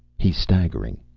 he's staggering.